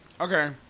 Okay